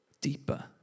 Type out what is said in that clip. deeper